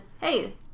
Hey